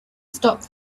stop